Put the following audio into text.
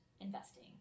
investing